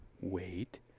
wait